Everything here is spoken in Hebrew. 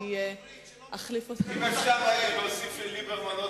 להוסיף לליברמן עוד מנדט.